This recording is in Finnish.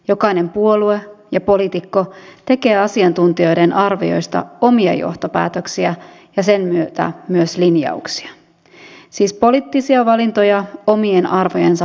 jokainen puolue ja poliitikko tekee asiantuntijoiden arvioista omia johtopäätöksiä ja sen myötä myös linjauksia siis poliittisia valintoja omien arvojensa pohjalta